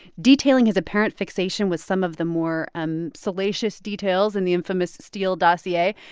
detailing his apparent fixation with some of the more um salacious details in the infamous steele dossier.